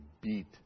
beat